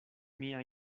mia